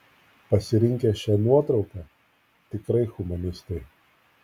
pasirinkę šią nuotrauką tikrai humanistai